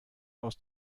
aus